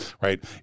right